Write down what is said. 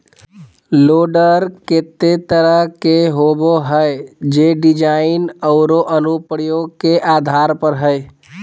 loader केते तरह के होबो हइ, जे डिज़ाइन औरो अनुप्रयोग के आधार पर हइ